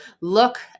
Look